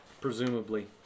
presumably